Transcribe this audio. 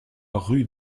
rue